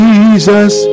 Jesus